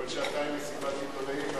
כל שעתיים מסיבת עיתונאים,